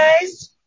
guys